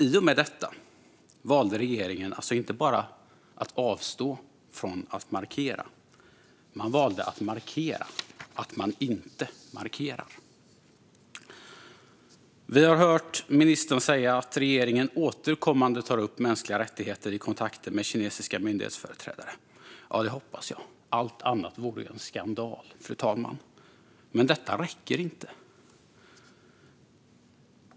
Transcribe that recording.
I och med detta valde regeringen alltså inte bara att avstå från att markera. Man valde att markera att man inte markerar. Vi har hört ministern säga att regeringen återkommande tar upp mänskliga rättigheter i kontakter med kinesiska myndighetsföreträdare. Det hoppas jag - allt annat vore en skandal, fru talman. Men detta räcker inte.